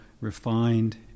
refined